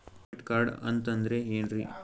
Debit card ಅಂತಂದ್ರೆ ಏನ್ರೀ?